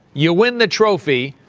you win the trophy.